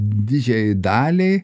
didžiajai daliai